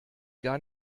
gar